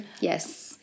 yes